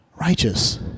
Righteous